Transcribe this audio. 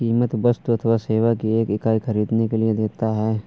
कीमत वस्तु अथवा सेवा की एक इकाई ख़रीदने के लिए देता है